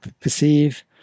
perceive